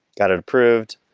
got it approved,